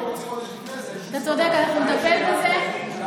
אנחנו נטפל בזה.